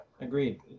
agreed